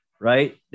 right